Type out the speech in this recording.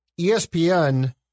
ESPN